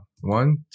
one